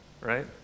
right